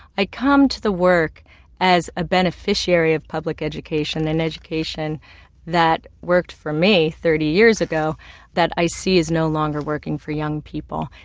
i come to the work as a beneficiary of public education, an education that worked for me thirty years ago that i see is no longer working for young people.